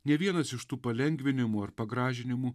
nė vienas iš tų palengvinimų ar pagražinimų